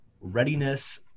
readiness